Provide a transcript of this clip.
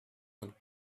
and